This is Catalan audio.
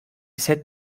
set